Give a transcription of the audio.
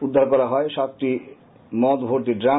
উদ্ধার করা হয় সাতটি মদ ভর্তি ড্রাম